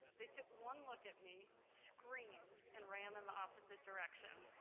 they took one look at me, screamed, and ran in the opposite direction.